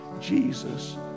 Jesus